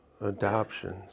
adoptions